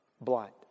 blind